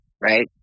right